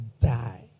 die